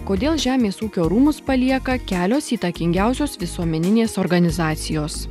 kodėl žemės ūkio rūmus palieka kelios įtakingiausios visuomeninės organizacijos